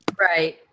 right